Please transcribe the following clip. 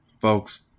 Folks